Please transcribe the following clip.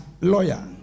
lawyer